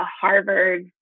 Harvard